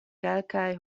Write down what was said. kelkaj